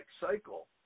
cycle